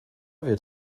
wird